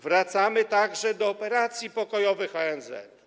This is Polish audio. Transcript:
Wracamy także do operacji pokojowych ONZ.